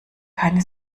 keine